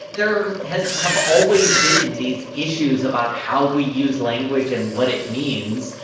there has has have always been these issues about how we use language and what it means.